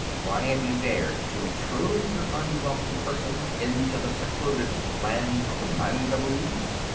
why have you dared to intrude your unwelcome persons into the secluded land of the mangaboos?